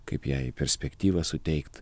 kaip jai perspektyvą suteikt